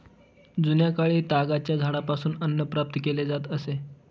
जुन्याकाळी तागाच्या झाडापासून अन्न प्राप्त केले जात असे